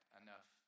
enough